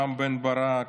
רם בן ברק,